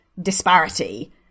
disparity